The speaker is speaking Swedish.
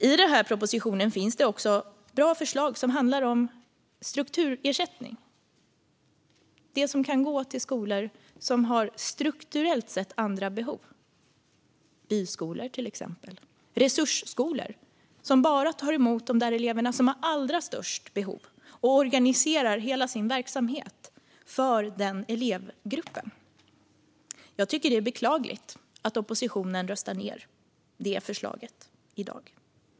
I propositionen finns också bra förslag om strukturersättning, alltså det som kan gå till skolor som strukturellt sett har andra behov, till exempel byskolor - eller resursskolor, som bara tar emot de elever som har allra störst behov och organiserar hela sin verksamhet för den elevgruppen. Jag tycker att det är beklagligt att oppositionen röstar ned detta förslag i dag.